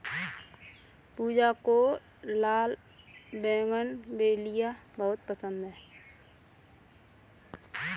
पूजा को लाल बोगनवेलिया बहुत पसंद है